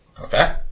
Okay